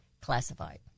Classified